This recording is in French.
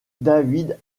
david